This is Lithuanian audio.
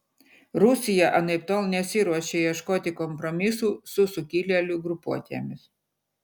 rusija anaiptol nesiruošia ieškoti kompromisų su sukilėlių grupuotėmis